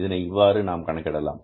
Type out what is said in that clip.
இதனை இவ்வாறு நாம் இங்கே கணக்கிடலாம்